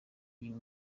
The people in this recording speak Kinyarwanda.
uyu